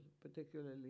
particularly